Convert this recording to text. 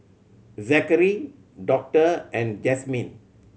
Zackery Doctor and Jazmyn